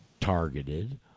targeted